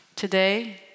Today